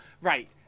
Right